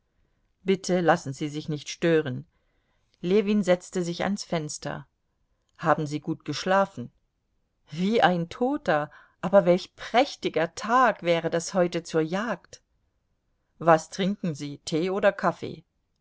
bitte lassen sie sich nicht stören ljewin setzte sich ans fenster haben sie gut geschlafen wie ein toter aber welch prächtiger tag wäre das heute zur jagd was trinken sie tee oder kaffee